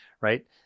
right